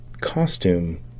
costume